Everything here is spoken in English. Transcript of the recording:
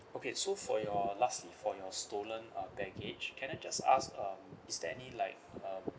okay so for your lastly for your stolen uh baggage can I just ask um is there any like uh